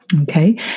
okay